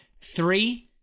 Three